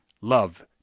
love